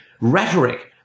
rhetoric